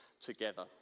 together